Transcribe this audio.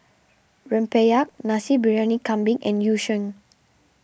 Rempeyek Nasi Briyani Kambing and Yu Sheng